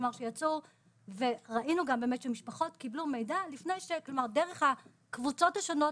כלומר שיצאו וראינו שמשפחות קיבלו מידע דרך הקבוצות השונות.